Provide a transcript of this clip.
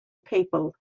people